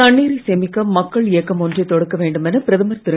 தண்ணீரை சேமிக்க மக்கள் இயக்கம் ஒன்றை தொடக்க வேண்டுமென பிரதமர் திரு